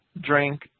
drink